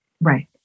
Right